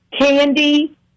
candy